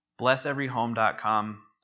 blesseveryhome.com